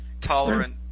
tolerant